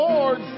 Lord